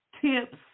tips